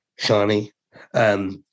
Shani